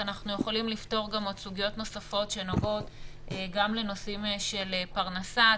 אנחנו יכולים לפתור גם סוגיות נוספות שנוגעות גם לנושאים של פרנסה,